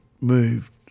moved